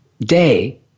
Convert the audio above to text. day